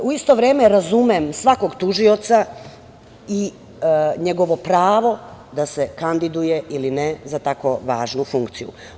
U isto vreme razumem svakog tužioca i njegovo pravo da se kandiduje ili ne, za tako važnu funkciju.